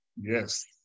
yes